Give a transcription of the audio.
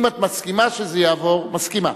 אם את מסכימה שזה יעבור, מסכימה.